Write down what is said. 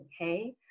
Okay